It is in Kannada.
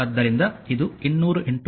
ಆದ್ದರಿಂದ ಇದು 200 2